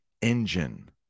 engine